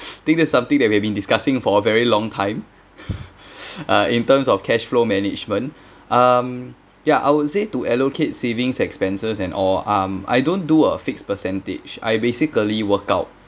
think that's something that we've been discussing for a very long time uh in terms of cash flow management um ya I would say to allocate savings expenses and or um I don't do a fixed percentage I basically work out